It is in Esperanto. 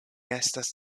estas